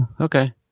Okay